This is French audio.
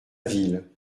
ville